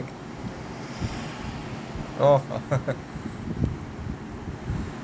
oh